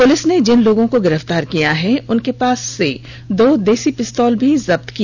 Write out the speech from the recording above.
police ने जिन लोगों को गिर पतार किया है उनके पास से दो देसी पिस्तौल भी जब्त की